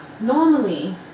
normally